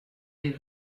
des